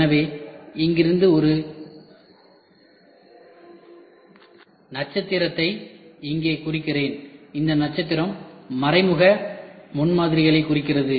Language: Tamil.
எனவே இங்கிருந்து ஒரு நட்சத்திரத்தை இங்கே குறிக்கிறேன் இந்த நட்சத்திரம் மறைமுக முன்மாதிரிகளைக் குறிக்கிறது